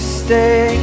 stay